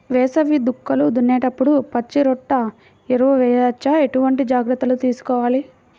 వేసవి దుక్కులు దున్నేప్పుడు పచ్చిరొట్ట ఎరువు వేయవచ్చా? ఎటువంటి జాగ్రత్తలు తీసుకోవాలి?